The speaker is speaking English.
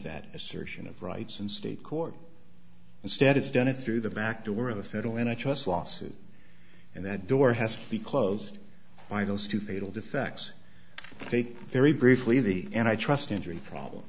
that assertion of rights and state court instead it's done through the back door of the federal and i trust lawsuit and that door has to be close by those two fatal defects take very briefly the and i trust injury problem